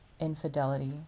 Infidelity